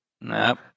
Nope